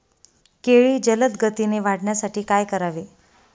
केळी जलदगतीने वाढण्यासाठी काय करावे?